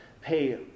pay